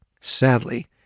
Sadly